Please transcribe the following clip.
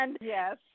Yes